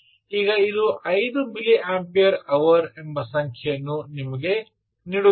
ಈಗ ಇದು 5 milliampere hour ಎಂಬ ಸಂಖ್ಯೆಯನ್ನು ನಿಮಗೆ ನೀಡುತ್ತೇನೆ